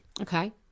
Okay